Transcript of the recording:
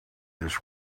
this